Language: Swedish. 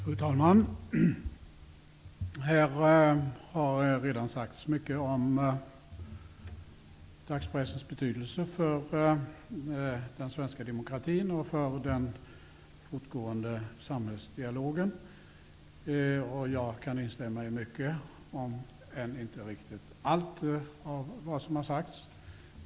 Fru talman! Här har redan sagts mycket om dagspressens betydelse för den svenska demokratin och för den fortgående samhällsdialogen. Jag kan instämma i mycket, om än inte i riktigt allt, av vad som har sagts.